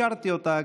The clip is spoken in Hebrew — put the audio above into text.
ולא אישרתי אותה,